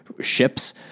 ships